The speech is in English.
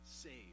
saved